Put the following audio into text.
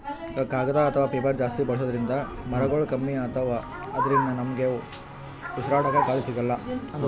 ಕಾಗದ್ ಅಥವಾ ಪೇಪರ್ ಜಾಸ್ತಿ ಬಳಸೋದ್ರಿಂದ್ ಮರಗೊಳ್ ಕಮ್ಮಿ ಅತವ್ ಅದ್ರಿನ್ದ ನಮ್ಗ್ ಉಸ್ರಾಡ್ಕ ಗಾಳಿ ಸಿಗಲ್ಲ್